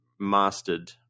mastered